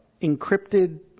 encrypted